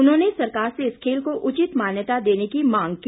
उन्होंने सरकार से इस खेल को उचित मान्यता देने की मांग की